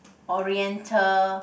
oriental